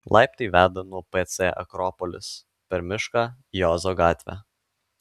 laiptai veda nuo pc akropolis per mišką į ozo gatvę